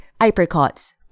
apricots